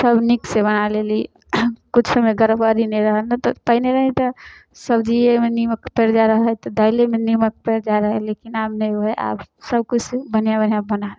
सब नीक से बना लेली किछुमे गरबड़ी नहि गड़बड़ी नहि रहल नहि तऽ पहिने रहै तऽ सब्जीयेमे नीमक पैर जाइ रहै तऽ दाइले मे नीमक पैर जाइ रहै लेकिन आब नै होइ है आब सबकुछ बनिहाँ बनिहाँ बना लै छी